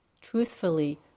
truthfully